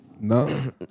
No